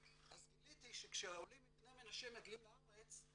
אז גיליתי שכשהעולים מבני מנשה מגיעים לארץ,